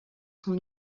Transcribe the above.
son